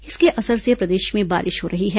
इसके असर से प्रदेश में बारिश हो रही है